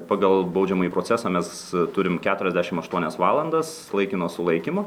pagal baudžiamąjį procesą mes turim keturiasdešimt aštuonias valandas laikino sulaikymo